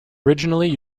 originally